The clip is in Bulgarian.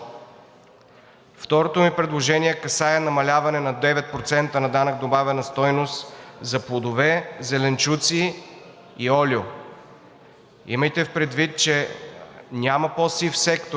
Второто ми предложение касае намаляване на 9% на ДДС за плодове, зеленчуци и олио. Имайте предвид, че няма по-сив сектор,